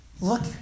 look